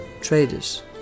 traders